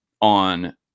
on